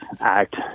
act